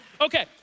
Okay